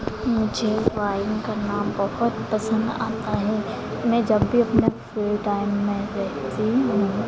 मुझे ड्रॉइंग करना बहुत पसंद आता है मैं जब भी अपने फ़्री टाइम में रहती हूँ